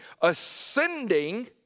ascending